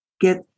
get